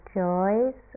joys